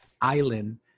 island